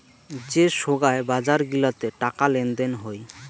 যে সোগায় বাজার গিলাতে টাকা লেনদেন হই